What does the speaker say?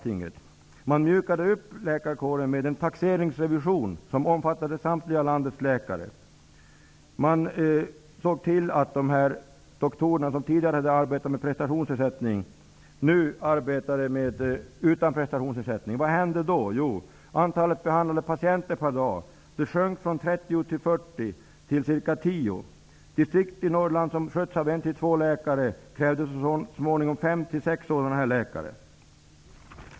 Läkarkåren mjukades upp med hjälp av en taxeringsrevision som omfattade samtliga av landets läkare. Man såg till att de doktorer som tidigare hade arbetat efter ett prestationsersättningssystem fick arbeta utan prestationsersättning. Vad hände då? Antalet behandlade patienter per dag sjönk från 30--40 till ca 10 st. I distrikt i Norrland som normalt sköts av en till två läkare krävde man så småningom 5--6 läkare av den här typen.